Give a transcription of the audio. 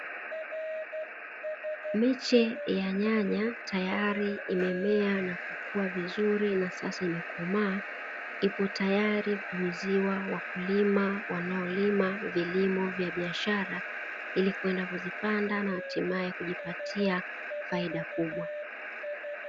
Miche ya nyanya tayari imemea na kukua vizuri na sasa imekomaa, iko tayari kuuziwa wakulima wanaolima vilimo vya biashara ili kwenda kuzipanda na hatimaye kujipatia faida kubwa.